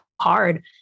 hard